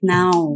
now